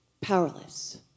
Powerless